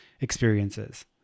experiences